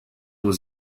was